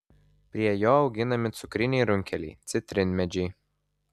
prie jo auginami cukriniai runkeliai citrinmedžiai